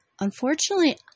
unfortunately